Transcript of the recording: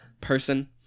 person